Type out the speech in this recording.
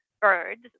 birds